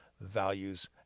values